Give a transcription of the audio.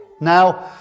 Now